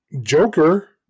Joker